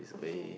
okay